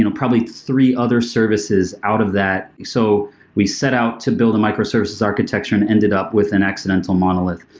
you know probably three other services out of that. so we set out to build a micro services architecture and ended up with an accidental monolith.